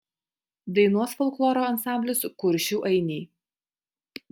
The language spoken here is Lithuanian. dainuos folkloro ansamblis kuršių ainiai